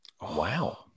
wow